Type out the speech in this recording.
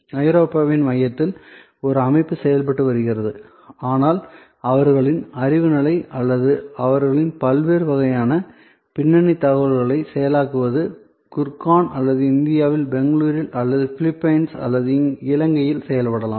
ஐரோப்பாவின் மையத்தில் ஒரு அமைப்பு செயல்பட்டு வருகிறது ஆனால் அவர்களின் அறிவு வேலை அல்லது அவர்களின் பல்வேறு வகையான பின்னணி தகவல்களை செயலாக்குவது குர்கான் அல்லது இந்தியாவில் பெங்களூரில் அல்லது பிலிப்பைன்ஸில் அல்லது இலங்கையில் செய்யப்படலாம்